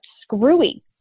screwy